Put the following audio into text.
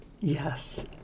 Yes